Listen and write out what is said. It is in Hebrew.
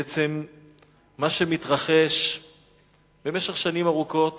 בעצם מה שמתרחש במשך שנים ארוכות